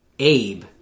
Abe